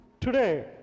today